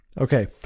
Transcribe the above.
Okay